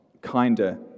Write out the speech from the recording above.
kinder